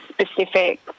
specific